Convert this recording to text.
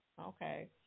Okay